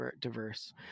diverse